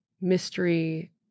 mystery